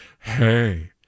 Hey